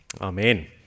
Amen